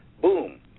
boom